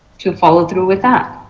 to follow through with that.